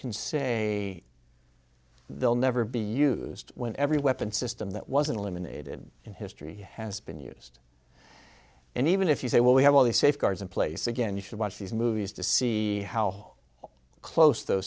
can say they'll never be used when every weapon system that wasn't eliminated in history has been used and even if you say well we have all these safeguards in place again you should watch these movies to see how close tho